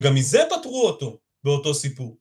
גם מזה פטרו אותו באותו סיפור